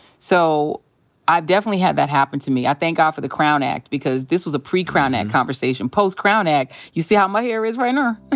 so i've definitely had that happen to me. i thank god for the crown act because this was a pre-crown act conversation. post-crown act, you see how my hair is right now?